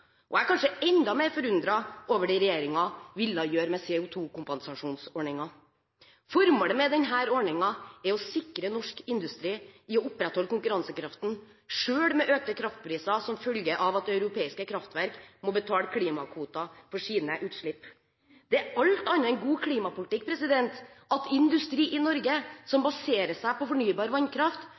til. Jeg er kanskje enda mer forundret over det regjeringen ville gjøre med CO2-kompensasjonsordningen. Formålet med denne ordningen er å sikre at norsk industri opprettholder konkurransekraften selv med økte kraftpriser, som følge av at europeiske kraftverk må betale klimakvoter for sine utslipp. Det er alt annet enn god klimapolitikk at industri i Norge som baserer seg på fornybar vannkraft,